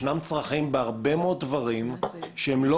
ישנם צרכים בהרבה מאוד דברים שהם לא